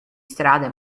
strade